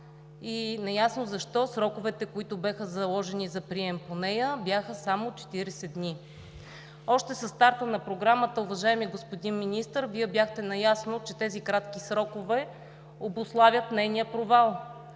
и неясно защо сроковете, които бяха заложени за прием по нея, бяха само 40 дни. Още със старта на Програмата, уважаеми господин Министър, Вие бяхте наясно, че тези кратки срокове обуславят нейния провал.